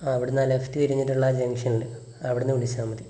അവിടുന്ന് ആ ലെഫ്റ്റ് തിരിഞ്ഞിട്ടുള്ള ആ ജംഗ്ഷനില് അവിടുന്ന് വിളിച്ചാൽ മതി